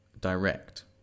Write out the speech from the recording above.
direct